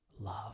love